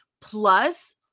plus